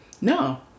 No